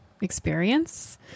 experience